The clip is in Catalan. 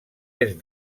est